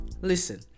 Listen